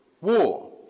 war